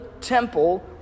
temple